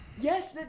Yes